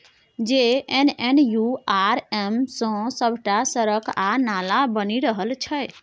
JNNURM सँ सभटा सड़क आ नाला बनि रहल छै